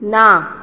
ना